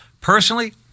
Personally